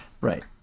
Right